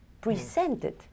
presented